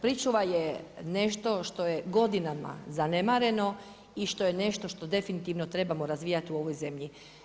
Pričuva je nešto što je godinama zanemareno i što je nešto što definitivno trebamo razvijati u ovoj zemlji.